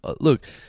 look